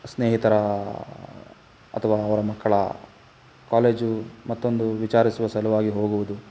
ಸ್ನೇಹಿತರ ಅಥವಾ ಅವರ ಮಕ್ಕಳ ಕಾಲೇಜು ಮತ್ತೊಂದು ವಿಚಾರಿಸುವ ಸಲುವಾಗಿ ಹೋಗುವುದು